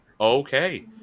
okay